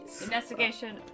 Investigation